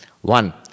One